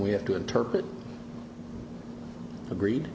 we have to interpret agreed